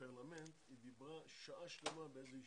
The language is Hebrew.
בפרלמנט היא דיברה שעה שלמה באיזו ישיבה,